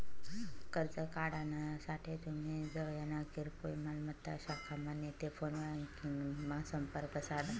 कर्ज काढानासाठे तुमी जवयना किरकोय मालमत्ता शाखामा नैते फोन ब्यांकिंगमा संपर्क साधा